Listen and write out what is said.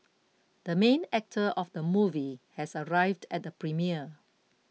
the main actor of the movie has arrived at the premiere